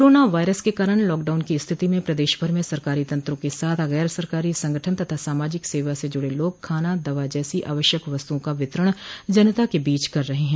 corona virus के कारण lockdown की स्थिति में प्रदेश भर में सरकारी तंत्रों के साथ गैर सरकारी संगठन तथा सामाजिक सेवा से जुड़े लोग खाना दवा जैसी आवश्यक वस्तुओं का वितरण जनता के बीच कर रहे है